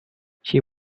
she